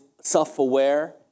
self-aware